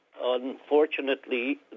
unfortunately